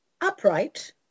Upright